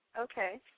Okay